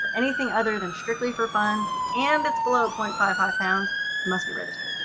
for anything other than strictly for fun and it's below point five five pounds, it must be registered.